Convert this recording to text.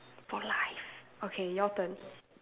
for life okay your turn